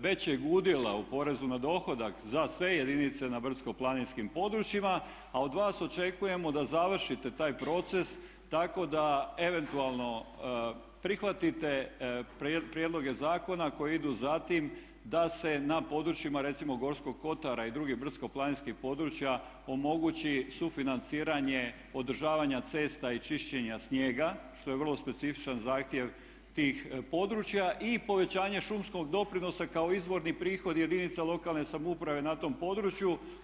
većeg udjela u porezu na dohodak za sve jedinice na brdsko-planinskim područjima a od vas očekujemo da završite taj proces tako da eventualno prihvatite prijedloge zakona koji idu za time da se na područjima recimo Gorskog kotara i drugih brdsko-planinskih područja omogući sufinanciranje održavanja cesta i čišćenja snijega što je vrlo specifičan zahtjev tih područja i povećanje šumskog doprinosa kao izvorni prihod jedinica lokalne samouprave na tom području.